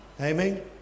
Amen